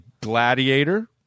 Gladiator